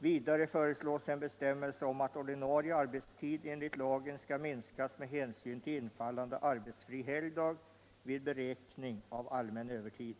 Vidare föreslås en bestämmelse om att ordinarie arbetstid enligt lagen skall minskas med hänsyn till infallande arbetsfri helgdag vid beräkning av allmän övertid.